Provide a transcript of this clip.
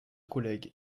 collègues